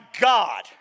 God